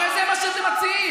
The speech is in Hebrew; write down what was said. הרי זה מה שאתם מציעים.